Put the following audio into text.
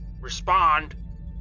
Respond